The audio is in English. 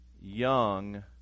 young